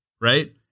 right